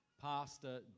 Pastor